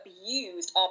abused